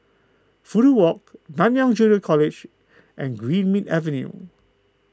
Fudu Walk Nanyang Junior College and Greenmead Avenue